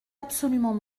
absolument